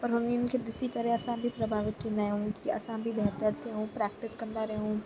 पर उन्हनि खे ॾिसी करे असां बि प्रभावित थींदा आहियूं कि असां बि बहितर थियूं प्रैक्टिस कंदा रहूं